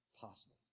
possible